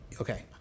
Okay